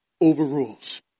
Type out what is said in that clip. overrules